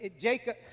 Jacob